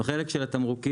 בחלק של התמרוקים,